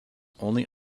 only